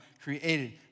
created